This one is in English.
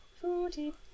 fruity